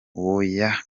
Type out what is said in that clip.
oya